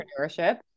entrepreneurship